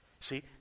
See